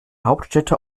hauptstädte